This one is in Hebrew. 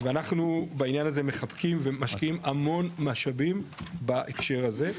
ואנחנו בעניין הזה מחבקים ומשקיעים המון משאבים בהקשר הזה.